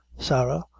sarah,